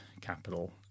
capital